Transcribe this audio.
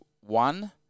one